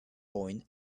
point